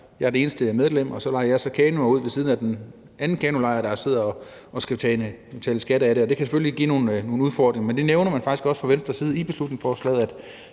Jeg er det eneste medlem, og jeg lejer så kanoer ud ved siden af den anden kanolejr, der sidder og skal betale skat af det. Det kan selvfølgelig give nogle udfordringer, men det nævner man faktisk også fra Venstres side i beslutningsforslaget,